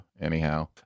anyhow